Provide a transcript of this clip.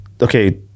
okay